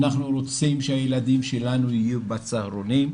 אנחנו רוצים שהילדים שלנו יהיו בצהרונים.